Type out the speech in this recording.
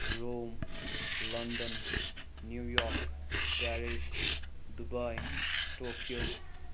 Rome London New York Paris Dubai Tokyo